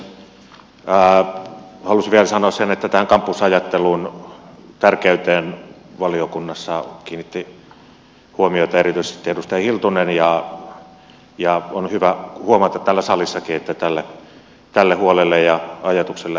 halusin vielä sanoa sen että tähän kampusajattelun tärkeyteen valiokunnassa kiinnitti huomiota erityisesti edustaja hiltunen ja on hyvä huomata täällä salissakin että tälle huolelle ja ajatukselle tukea löytyy